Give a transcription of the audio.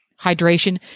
hydration